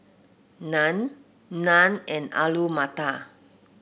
Naan Naan and Alu Matar